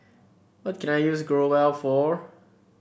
what can I use Growell for